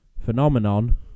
phenomenon